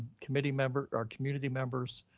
committee members or community members,